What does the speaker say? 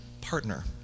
partner